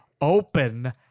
open